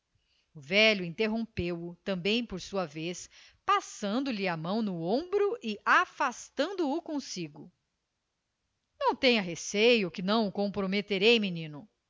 velho interrompeu-o também por sua vez passando-lhe a mão no ombro e afastando-o consigo não tenha receio que não o comprometerei menino